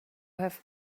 have